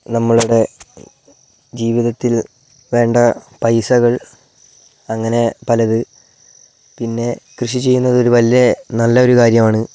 നമ്മളുടെ ജീവിതത്തിൽ വേണ്ട പൈസകൾ അങ്ങനെ പലത് പിന്നെ കൃഷി ചെയ്യുന്നത് ഒരു വലിയ നല്ലൊരു കാര്യമാണ്